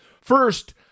First